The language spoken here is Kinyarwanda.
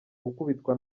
gukubitwa